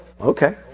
okay